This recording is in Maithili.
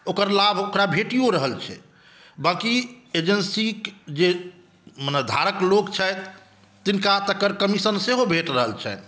ओकर लाभ ओकरा भेटियो रहल छै बाक़ी एजेन्सी जे मने धारक लोक छैथ जिनका तकर कमीसन सेहो भेट रहल छनि